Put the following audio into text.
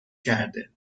کرده